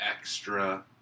extra